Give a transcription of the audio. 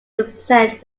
represent